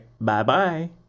Bye-bye